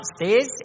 upstairs